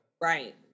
Right